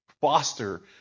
foster